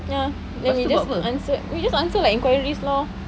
ya then we just answer we just answer like enquiries lor